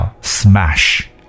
Smash